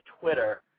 Twitter